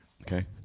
Okay